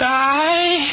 die